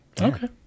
Okay